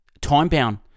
Time-bound